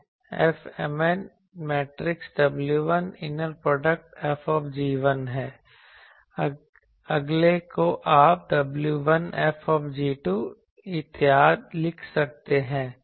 Fmn क्या है Fmn matrix w1 inner product F है अगले को आप w1 F इत्यादि लिख सकते हैं